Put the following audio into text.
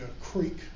creek